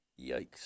Yikes